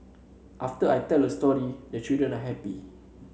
after I tell a story the children are happy